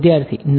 વિદ્યાર્થી ના